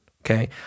okay